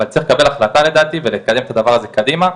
אבל צריך לקבל החלטה לדעתי ולקדם את הדבר הזה קדימה.